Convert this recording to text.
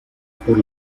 por